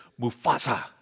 Mufasa